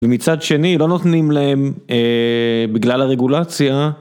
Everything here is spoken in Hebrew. ומצד שני לא נותנים להם בגלל הרגולציה.